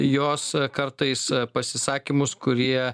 jos kartais pasisakymus kurie